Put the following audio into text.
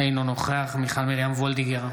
אינו נוכח מיכל מרים וולדיגר,